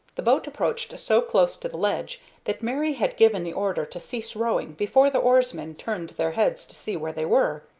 the boat approached so close to the ledge that mary had given the order to cease rowing before the oarsmen turned their heads to see where they were.